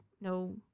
no